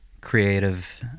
creative